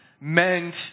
meant